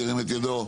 שירים את ידו.